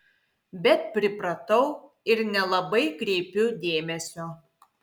bet pripratau ir nelabai kreipiu dėmesio